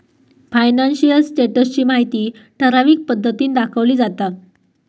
financial status ची माहिती ठराविक पद्धतीन दाखवली जाता